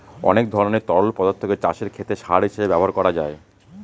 অনেক ধরনের তরল পদার্থকে চাষের ক্ষেতে সার হিসেবে ব্যবহার করা যায়